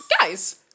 guys